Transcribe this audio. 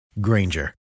Granger